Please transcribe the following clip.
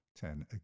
ten